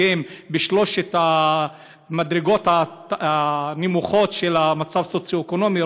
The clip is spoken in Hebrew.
שרובם בשלוש המדרגות הנמוכות של המצב הסוציו-אקונומי,